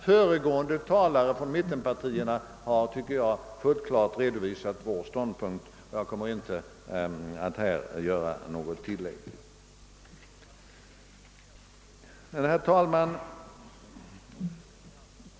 Föregående talare för mittenpartierna tycker jag fullt klart har redovisat vår ståndpunkt, och jag kommer inte att här göra något tillägg. Herr talman!